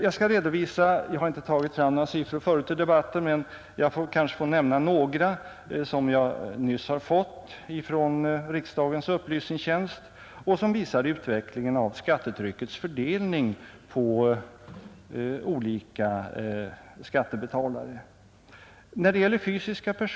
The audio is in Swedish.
Jag har inte tagit fram några siffror förut i debatten, men jag kanske får nämna några som jag nyss har fått från riksdagens upplysningstjänst och som visar utvecklingen av skattetryckets fördelning på olika skattebetalare.